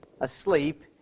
asleep